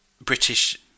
British